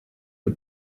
the